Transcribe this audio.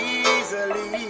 easily